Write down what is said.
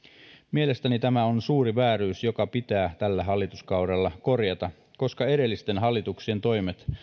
mielestäni tämä on suuri vääryys joka pitää tällä hallituskaudella korjata koska edellisten hallituksien toimet